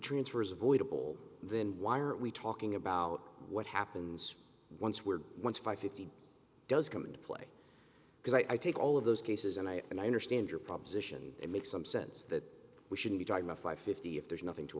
transfer is avoidable then why are we talking about what happens once we're once my fifty does come into play because i take all of those cases and i and i understand your proposition to make some sense that we should be trying to fly fifty if there's nothing to